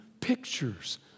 pictures